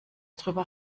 drüber